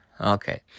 Okay